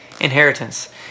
inheritance